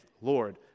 Lord